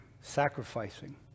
sacrificing